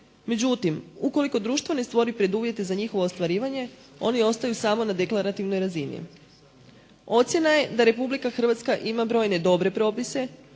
Međutim, ukoliko društvo ne stvori preduvjete za njihovo ostvarivanje oni ostaju samo na deklarativnoj razini. Ocjena je da Republika Hrvatska ima brojne dobre propise